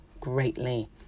greatly